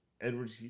Edward